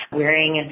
wearing